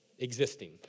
existing